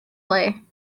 play